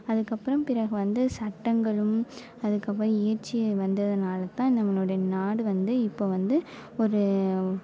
அதுக்கப்றம் பிறகு வந்து சட்டங்களும் அதுக்கப்றம் இயற்றிய வந்ததுனாலேத்தான் நம்மளுடைய நாடு வந்து இப்போ வந்து ஒரு